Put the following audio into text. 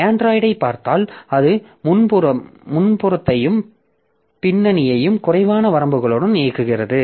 Android ஐப் பார்த்தால் அது முன்புறத்தையும் பின்னணியையும் குறைவான வரம்புகளுடன் இயக்குகிறது